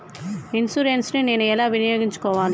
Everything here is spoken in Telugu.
ఇన్సూరెన్సు ని నేను ఎలా వినియోగించుకోవాలి?